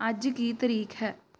ਅੱਜ ਕੀ ਤਾਰੀਖ ਹੈ